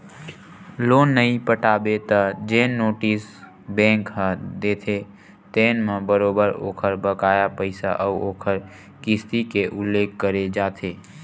loan नइ पटाबे त जेन नोटिस बेंक ह देथे तेन म बरोबर ओखर बकाया पइसा अउ ओखर किस्ती के उल्लेख करे जाथे